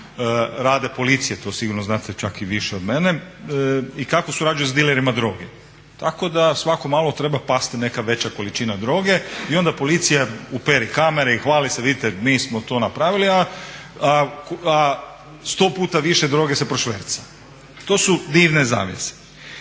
rade policije? To sigurno znate čak i više od mene. I kako surađuju s dilerima droge? Tako da svako malo treba pasti neka veća količina droge i onda policija uperi kamere i hvali se vidite mi smo to napravili, a sto puta više droge se prošverca. To su dimne zavjese.